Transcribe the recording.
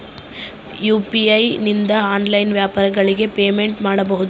UPI ನಿಂದ online ವ್ಯಾಪಾರಗಳಿಗೆ payment ಮಾಡಬಹುದಾ?